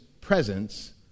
presence